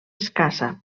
escassa